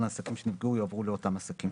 לעסקים שנפגעו יועברו לאותם עסקים".